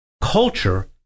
culture